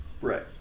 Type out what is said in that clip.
right